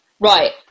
Right